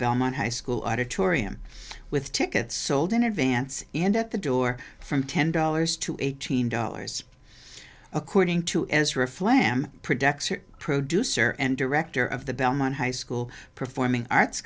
belmont high school auditorium with tickets sold in advance and at the door from ten dollars to eighteen dollars according to ezra flam projects or produce or and director of the belmont high school performing arts